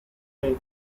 play